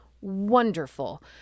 wonderful